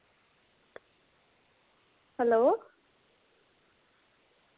hello